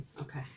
Okay